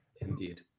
Indeed